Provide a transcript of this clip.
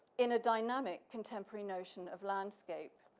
in a dynamic, contemporary notion of landscape.